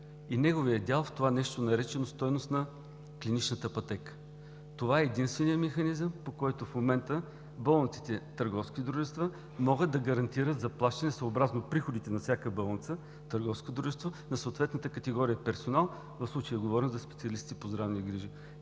и неговия дял, наречен „стойност на клиничната пътека“. Това е единственият механизъм, по който в момента болниците търговски дружества могат да гарантират заплащане съобразно приходите на всяка болница търговско дружество на съответната категория персонал – в случая говоря за специалисти по здравни грижи.